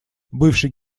бывший